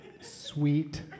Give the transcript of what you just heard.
Sweet